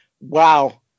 Wow